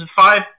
five